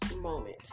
moment